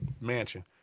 mansion